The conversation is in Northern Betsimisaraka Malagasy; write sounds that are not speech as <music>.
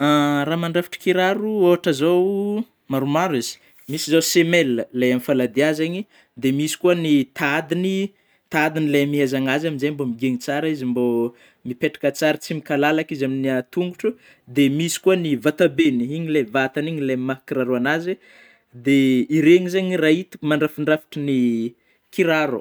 <hesitation> Raha mandrafitry kiraro, ôhatry zao maromaro izy: <noise> misy zao semelle ilay amin'ny faladia zagny, dia misy koa ny tadiny, tadigny lay amehezana azy amin'izay mba migeja tsara izy ,mbô mipetraka tsara tsy mikalalaka izy amin'gny <hesitation> tongotro, de misy koa ny vatabeany iny ilay vatany igny ilay maha kiraro an'azy de ireny zany raha itako mandrafindrafitry ny kiraro.